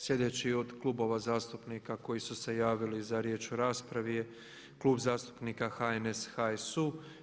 Sljedeći od klubova zastupnika koji su se javili za riječ u raspravi je Klub zastupnika HNS HSU.